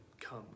come